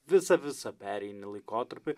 visą visą pereini laikotarpį